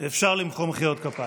אפשר למחוא מחיאות כפיים.